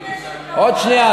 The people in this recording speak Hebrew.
עוד שנייה.